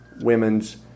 women's